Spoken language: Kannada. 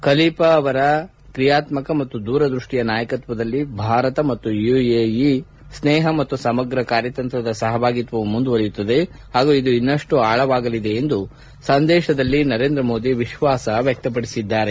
ಖಲೀಫಾ ಅವರ ಕ್ರಿಯಾತ್ಮಕ ಮತ್ತು ದೂರದೃಷ್ಷಿಯ ನಾಯಕತ್ವದಲ್ಲಿ ಭಾರತ ಮತ್ತು ಯುಎಇ ಸ್ನೇಹ ಮತ್ತು ಸಮಗ್ರ ಕಾರ್ಯಂತ್ರದ ಸಹಭಾಗಿತ್ವವು ಮುಂದುವರಿಯುತ್ತದೆ ಹಾಗೂ ಇದು ಇನ್ನಷ್ಟು ಆಳವಾಗಲಿದೆ ಎಂದು ಸಂದೇಶದಲ್ಲಿ ನರೇಂದ್ರ ಮೋದಿ ವಿಶ್ವಾಸ ವ್ಯಕ್ತಪಡಿಸಿದ್ದಾರೆ